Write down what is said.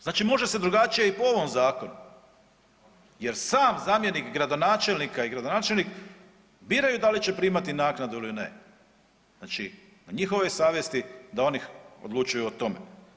Znači može se drugačije i po ovom zakonu jer sam zamjenik gradonačelnika i gradonačelnik biraju da li će primati naknadu ili ne, znači na njihovoj je savjesti da oni odlučuju o tome.